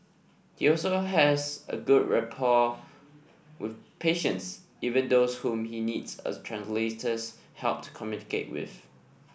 he also has a good rapport with patients even those whom he needs a translator's help to communicate with